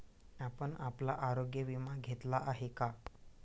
आपण आपला आरोग्य विमा घेतला आहे का?